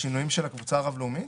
בשינויים של הקבוצה הרב-לאומית?